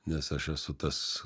nes aš esu tas